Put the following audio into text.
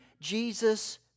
Jesus